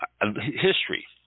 history